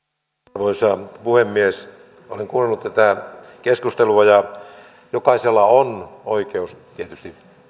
arvoisa puhemies olen kuunnellut tätä keskustelua ja jokaisella on tietysti